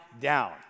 down